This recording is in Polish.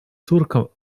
córką